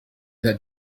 that